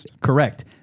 Correct